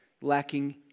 lacking